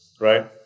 right